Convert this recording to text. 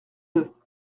deux